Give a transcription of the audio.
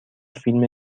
فیلم